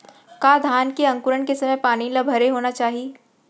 का धान के अंकुरण के समय पानी ल भरे होना चाही?